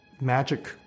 magic